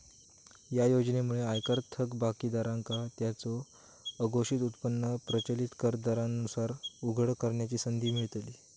या योजनेमुळे आयकर थकबाकीदारांका त्यांचो अघोषित उत्पन्न प्रचलित कर दरांनुसार उघड करण्याची संधी मिळतली